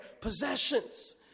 possessions